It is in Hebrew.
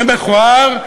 זה מכוער,